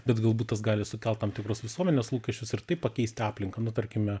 bet galbūt tas gali sukelt tam tikrus visuomenės lūkesčius ir taip pakeist aplinką nu tarkime